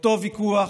אותו ויכוח,